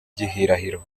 gihirahiro